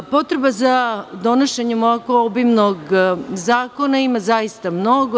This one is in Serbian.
Potreba za donošenjem ovako obimnog zakona ima zaista mnogo.